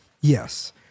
yes